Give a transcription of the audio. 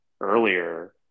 earlier